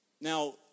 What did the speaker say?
Now